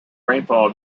rainfall